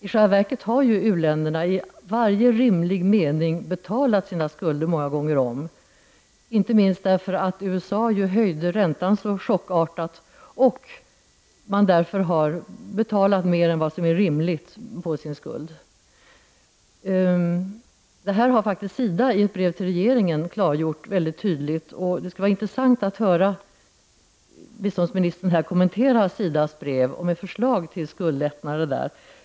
I själva verket har ju u-länderna i varje rimlig mening betalat sina skulder många gånger om, inte minst därför att USA höjde räntan så chockartat. U-länderna har betalat mer än vad som är rimligt på sin skuld. Det här har faktiskt SIDA i ett brev till regeringen klargjort väldigt tydligt, och det skulle vara intressant att höra biståndsministern kommentera SI DA:s brev med förslag till skuldlättnader.